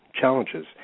challenges